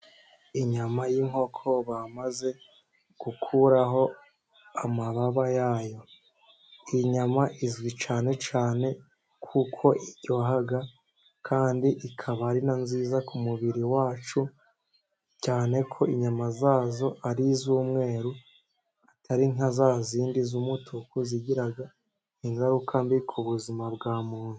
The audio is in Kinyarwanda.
Inyama y'inkoko bamaze gukuraho amababa yayo iyi nyama izwi cyane cyane kuko iryoha; kandi ikaba ari na nziza ku mubiri wacu cyane ko inyama zazo ari iz'umweru atari nka za zindi z'umutuku, zigira ingaruka mbi ku buzima bwa muntu.